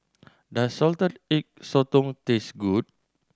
does Salted Egg Sotong taste good